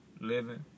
living